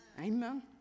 Amen